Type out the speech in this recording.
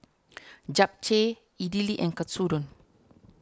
Japchae Idili and Katsudon